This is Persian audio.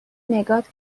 نگات